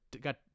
got